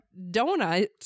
donut